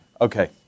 Okay